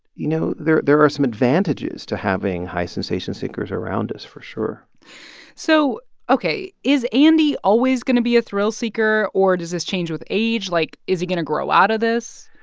you know, there there are some advantages to having high sensation seekers around us for sure so ok. is andy always going to be a thrill-seeker or does this change with age? like, is he going to grow out of this?